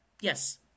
Yes